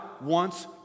wants